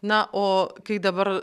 na o kai dabar